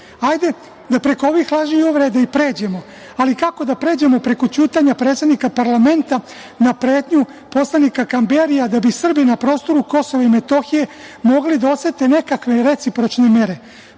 laži. Ajde da preko ovih laži i uvreda i pređemo, ali kako da pređemo preko ćutanja predsednika parlamenta na pretnju poslanika Kamberija da bi Srbi na prostoru KiM mogli da osete nekakve recipročne mere?